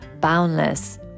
boundless